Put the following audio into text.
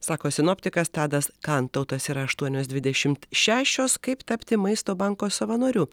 sako sinoptikas tadas kantautas yra aštuonips dvidešimt šešios kaip tapti maisto banko savanoriu